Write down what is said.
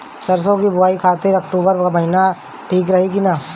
सरसों की बुवाई खाती अक्टूबर महीना ठीक रही की ना?